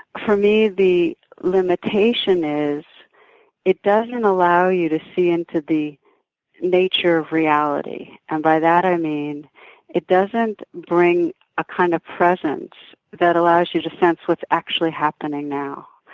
for me, the limitation is it doesn't and allow you to see into the nature of reality and, by that, i mean it doesn't bring a kind of presence that allows you to sense what's actually happening now.